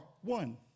one